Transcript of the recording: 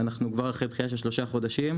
אנחנו כבר אחרי דחייה של שלושה חודשים,